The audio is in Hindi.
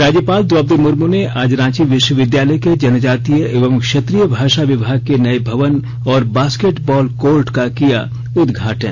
राज्यपाल द्रौपदी मुर्मू ने आज रांची विश्वविद्यालय के जनजातीय एवं क्षेत्रीय भाषा विभाग के नये भवन और बॉस्केट बॉल कोर्ट का किया उद्घाटन